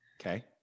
Okay